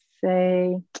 say